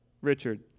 Richard